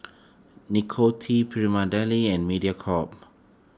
Nicorette Prima Deli and Mediacorp